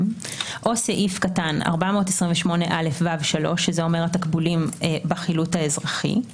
או לפי סעיף קטן (428ו3) שזה אומר התקבולים בחילוט האזרחי,